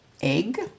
egg